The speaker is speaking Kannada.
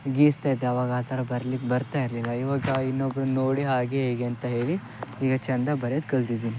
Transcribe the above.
ಗೀಚ್ತಾ ಇದ್ದೆ ಆವಾಗ ಆ ಥರ ಬರಿಲಿಕ್ಕೆ ಬರ್ತಾ ಇರಲಿಲ್ಲ ಇವಾಗ ಇನ್ನೊಬ್ರನ್ನ ನೋಡಿ ಹಾಗೆ ಹೀಗೆ ಅಂತ ಹೇಳಿ ಈಗ ಚೆಂದ ಬರೆಯದು ಕಲ್ತಿದ್ದೀನಿ